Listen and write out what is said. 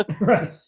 right